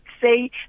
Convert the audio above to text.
say